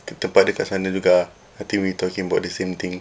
tempat dia dekat sana juga ah I think we talking about the same thing